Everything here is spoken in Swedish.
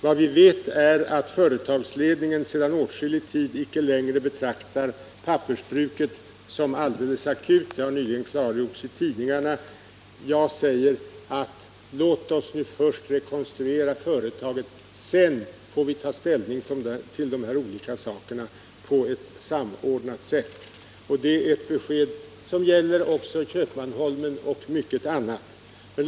Vad vi vet är att företagsledningen sedan åtskillig tid icke längre betraktar situationen för pappersbruket som helt akut — det har nyligen klargjorts i tidningarna. Jag säger: Låt oss nu rekonstruera företaget, och sedan får vi ta ställning till de olika sakerna på ett samordnat sätt. Det är ett besked som också gäller Köpmanholmen m.fl.